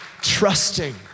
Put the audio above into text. trusting